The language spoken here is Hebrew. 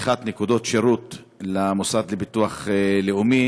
פתיחת נקודות שירות של המוסד לביטוח לאומי,